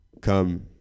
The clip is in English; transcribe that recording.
come